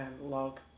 log